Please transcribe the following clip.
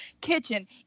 kitchen